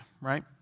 right